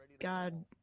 God